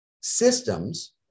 systems